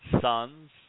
sons